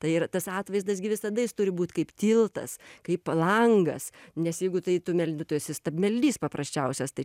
tai ir tas atvaizdas gi visada jis turi būt kaip tiltas kaip langas nes jeigu tai tu meldi tu esi stabmeldys paprasčiausias tai